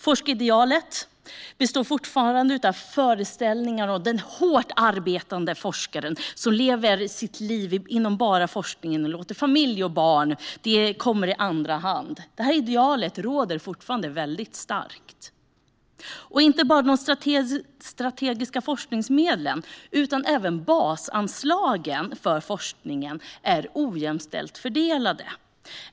Forskaridealet består fortfarande av föreställningar om den hårt arbetande forskaren som lever sitt liv inom forskningen och låter familj och barn komma i andra hand. Det idealet råder fortfarande väldigt starkt. Inte bara de strategiska forskningsmedlen utan även basanslagen för forskningen är ojämställt fördelade.